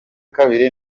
kabiri